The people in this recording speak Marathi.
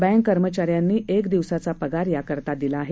बँक कर्मचाऱ्यांनी एक दिवसाचा पगार याकरता दिला आहे